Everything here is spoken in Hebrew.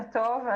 בוקר טוב.